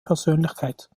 persönlichkeit